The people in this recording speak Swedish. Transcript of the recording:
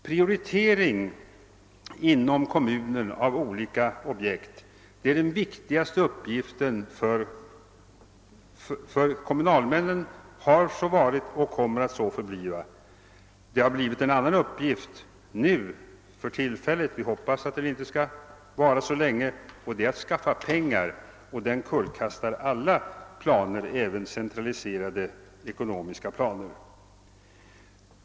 Prioritering inom kommunen av olika objekt är den viktigaste uppgiften för kommunalmännen, har så varit och kommer att så förbli. Det har kommit till en annan uppgift för tillfället, som vi hoppas inte skall vara så länge, och den är att skaffa pengar. Den kullkastar alla planer, även centraliserade ekonomiska planer.